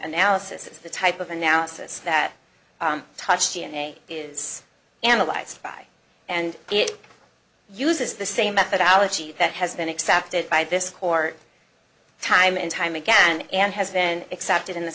analysis it's the type of analysis that touched you and me is analyzed by and it uses the same methodology that has been accepted by this court time and time again and has then accepted in the